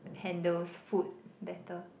handles food better